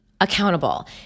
accountable